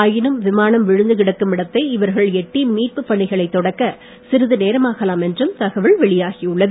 ஆயினும் விமானம் விழுந்து கிடக்கும் இடத்தை இவர்கள் எட்டி மீட்பு பணிகளை தொடக்க சிறுது நேரமாகலாம் என்றும் தகவல் வெளியாகி உள்ளது